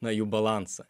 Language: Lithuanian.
na jų balansą